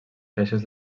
caixes